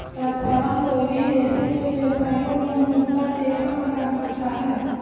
tax haven कोई भी देश है जो व्यवसाय को न्यूनतम कर देयता प्रदान करता है